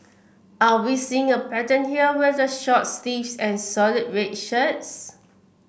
are we seeing a pattern here with the shorts sleeves and solid red shirts